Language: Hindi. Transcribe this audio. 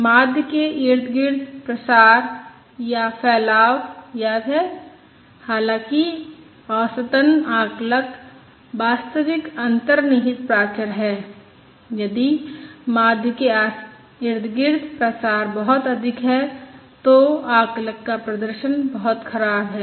माध्य के इर्द गिर्द प्रसार या विचलन याद है हालांकि औसतन आकलक वास्तविक अंतर्निहित प्राचर है यदि माध्य के इर्द गिर्द प्रसार बहुत अधिक है तो आकलक का प्रदर्शन बहुत खराब है